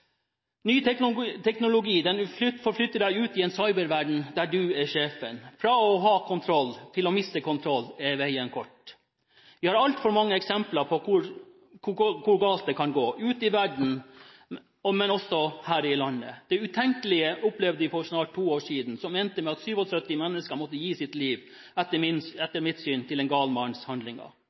den i dag. Ny teknologi vil forflytte deg ut i en cyberverden der du er sjefen. Fra å ha kontroll til å miste kontroll er veien kort. Vi har altfor mange eksempler på hvor galt det kan gå, både ute i verden og her i landet. Vi opplevde det utenkelige for snart to år siden, noe som endte med at 77 mennesker måtte gi sitt liv for – etter mitt syn – en